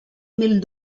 mil